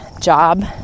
job